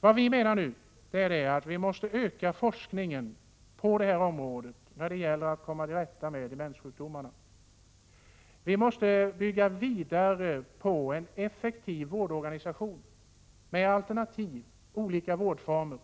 Forskningen på detta område måste öka, så att man kan komma till rätta med demenssjukdomarna. Vi måste bygga vidare på en effektiv vårdorganisation med alternativa vårdformer.